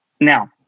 now